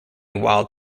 wild